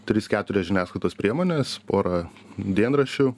tris keturias žiniasklaidos priemones porą dienraščių